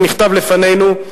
זה נכתב לפנינו.